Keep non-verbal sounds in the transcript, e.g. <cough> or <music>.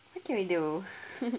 what can we do <laughs>